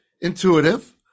intuitive